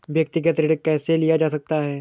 व्यक्तिगत ऋण कैसे लिया जा सकता है?